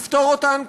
לפתור אותן,